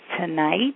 tonight